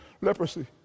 leprosy